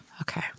okay